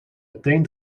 meteen